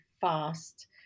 fast